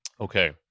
Okay